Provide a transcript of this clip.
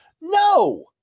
No